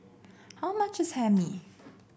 how much is Hae Mee